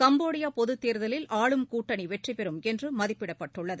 கம்போடியாபொதுத் தேர்தலில் ஆளும் கூட்டணிவெற்றிபெறும் என்றுமதிப்பிடப்பட்டுள்ளது